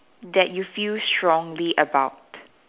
that you feel strongly about